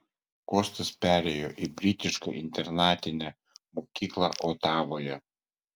kostas perėjo į britišką internatinę mokyklą otavoje